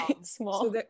Small